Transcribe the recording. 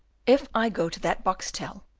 if i go to that boxtel,